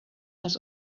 had